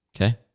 Okay